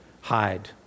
hide